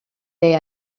they